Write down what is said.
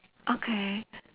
okay